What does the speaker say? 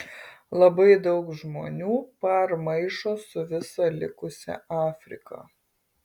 labai daug žmonių par maišo su visa likusia afrika